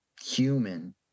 human